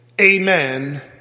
amen